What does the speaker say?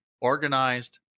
organized